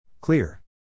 clear